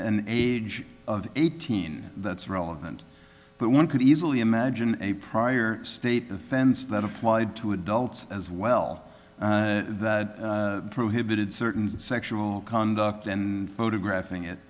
an age of eighteen that's relevant but one could easily imagine a prior state offense that applied to adults as well that prohibited certain sexual conduct and photographing it